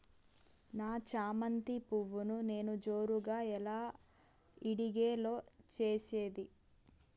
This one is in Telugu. నా చామంతి పువ్వును నేను జోరుగా ఎలా ఇడిగే లో చేసేది?